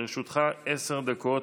לרשותך עשר דקות.